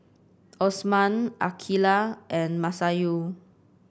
Osman Aqeelah and Masayu